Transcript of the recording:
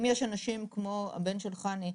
אם יש אנשים כמו הבן של חני,